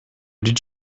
did